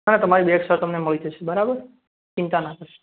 sir તમારી bag sir તમને મળી જશે બરાબર ચિંતા ના કરશો